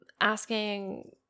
asking